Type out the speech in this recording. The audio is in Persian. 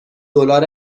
دلار